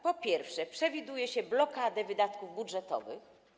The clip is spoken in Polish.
Po pierwsze, przewiduje się blokadę wydatków budżetowych.